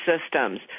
systems